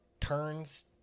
turns